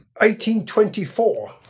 1824